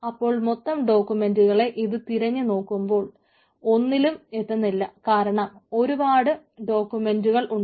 അപ്പോൾ മൊത്തം ഡോക്യുമെന്റുകളെ ഇത് തിരഞ്ഞു നോക്കുമ്പോൾ ഒന്നിലും എത്തുന്നില്ല കാരണം ഒരുപാടു ഡോക്യൂമെന്റുകൾ ഉണ്ട്